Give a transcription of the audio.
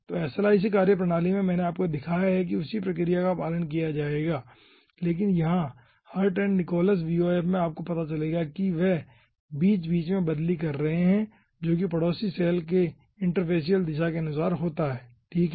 तो SLIC कार्यप्रणाली में मैंने आपको दिखाया है कि उसी प्रक्रिया का पालन किया जाएगा लेकिन यहाँ हर्ट एंड निकोलस VOF में आपको पता चलेगा कि वे बीच बीच में बदली कर रहे हैं जो कि पड़ोसी सैल के इंटरफेसियल दिशा के अनुसार होता है ठीक है